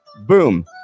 boom